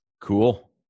Cool